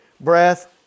breath